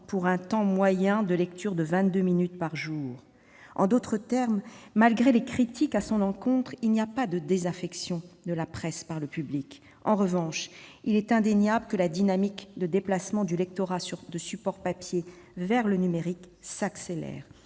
pour un temps moyen de lecture de 22 minutes par jour. En d'autres termes, malgré les critiques à son encontre, il n'y a pas de désaffectation de la presse par le public. En revanche, il est indéniable que la dynamique de déplacement du lectorat du support papier vers le numérique s'accélère,